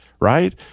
Right